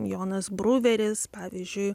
jonas bruveris pavyzdžiui